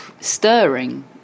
stirring